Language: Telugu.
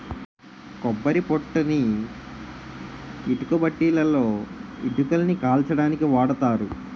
కొబ్బరి పొట్టుని ఇటుకబట్టీలలో ఇటుకలని కాల్చడానికి వాడతారు